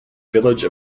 village